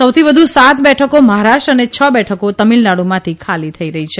સૌથી વધુ સાત બેઠકો મહારાષ્ટ્ર અને છ બેઠકો તામીલનાડુમાંથી ખાલી થઇ રહી છે